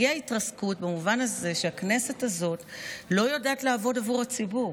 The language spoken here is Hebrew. הגיעה התרסקות במובן הזה שהכנסת הזאת לא יודעת לעבוד עבור הציבור.